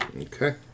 Okay